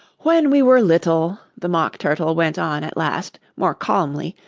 when we were little the mock turtle went on at last, more calmly,